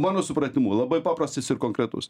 mano supratimu labai paprastas ir konkretus